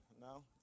No